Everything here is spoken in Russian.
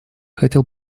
хотел